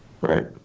right